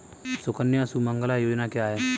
सुकन्या सुमंगला योजना क्या है?